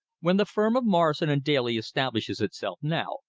when the firm of morrison and daly establishes itself now,